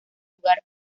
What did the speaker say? lugar